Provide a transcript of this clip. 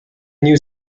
new